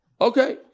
Okay